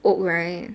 oak right